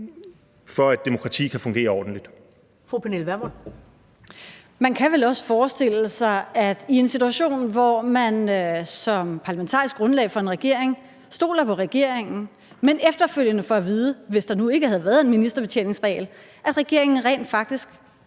17:02 Pernille Vermund (NB): Man kan vel også forestille sig, at i en situation, hvor man som parlamentarisk grundlag for en regering stoler på regeringen, men efterfølgende får at vide, hvis der nu ikke havde været en ministerbetjeningsregel, at regeringen rent faktisk